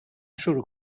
شروع